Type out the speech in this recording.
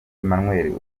emmanuel